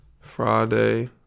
Friday